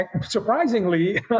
surprisingly